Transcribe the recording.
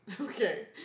Okay